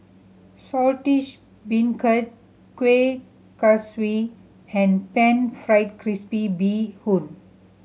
Saltish Beancurd Kuih Kaswi and Pan Fried Crispy Bee Hoon